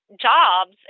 jobs